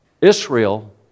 Israel